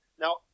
now